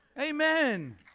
Amen